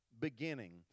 beginning